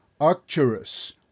Arcturus